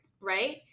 right